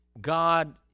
God